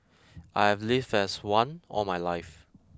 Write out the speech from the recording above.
I've lived as one all my life